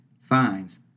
fines